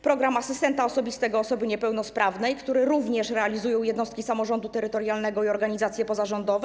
Program „Asystent osobisty osoby niepełnosprawnej”, który również realizują jednostki samorządu terytorialnego i organizacje pozarządowe.